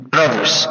Brothers